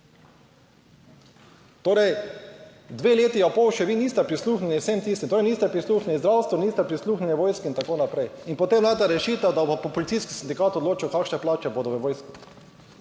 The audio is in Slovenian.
Torej, dve leti pa pol še vi niste prisluhnili vsem tistim, torej niste prisluhnili zdravstvu, niste prisluhnili vojski in tako naprej. In potem najdite rešitev, da bo policijski sindikat odločil kakšne plače bodo v vojski.